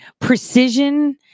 Precision